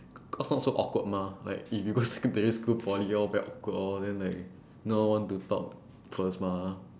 cause not so awkward mah like if you go secondary school poly all very awkward all then like no one want to talk first mah